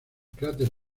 cráter